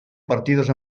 partides